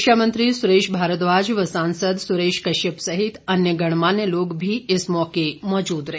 शिक्षा मंत्री सुरेश भारद्वाज व सांसद सुरेश कश्यप सहित अन्य गणमान्य लोग भी इस मौके मौजूद रहे